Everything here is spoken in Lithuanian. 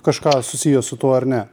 kažką susiję su tuo ar ne